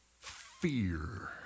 fear